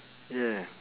yeah